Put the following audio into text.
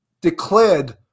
declared